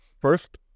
first